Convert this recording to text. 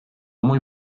mój